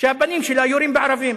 שהבנים שלה יורים בערבים.